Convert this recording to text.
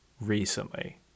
recently